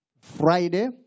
Friday